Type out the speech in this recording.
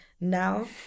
now